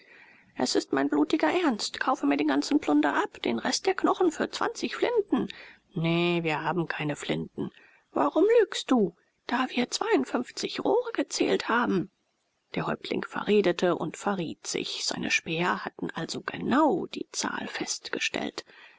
es ist mein blutiger ernst kaufe mir den ganzen plunder ab den rest der knochen für zwanzig flinten nee wir haben keine flinten warum lügst du da wir zweiundfünfzig rohre gezählt haben der häuptling verredete und verriet sich seine späher hatten also genau die zahl festgestellt